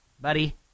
buddy